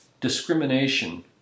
discrimination